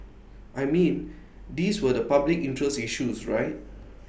I mean these were the public interest issues right